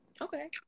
Okay